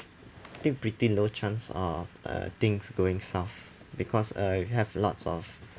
I think pretty low chance of uh things going south because uh it have lots of